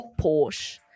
Porsche